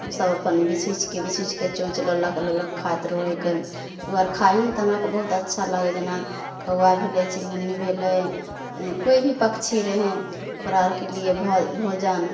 ओसभ अपन बिछ बिछके बिछ बिछके चोँच लऽ लऽ कऽ लऽ लऽ कऽ खाइत रहै हिके ओहे आर खाइ हइ तऽ हमरा आरके बहुत अच्छा लागै जेना कौआ भेलै चिरमुन्नी भेलै कोइ भी पक्षी रहेँ ओकरा आरके लिए भोजन